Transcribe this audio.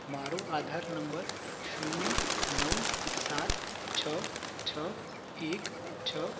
મારો આધાર નંબર શૂન્ય નવ સાત છ છ એક છ